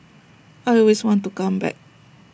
I always want to come back